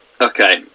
okay